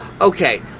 okay